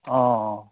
অঁ